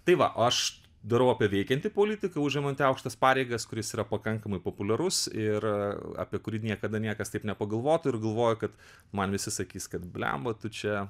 tai va aš darau apie veikiantį politiką užemantį aukštas pareigas kuris yra pakankamai populiarus ir apie kurį niekada niekas taip nepagalvotų ir galvoju kad man visi sakys kad blemba tu čia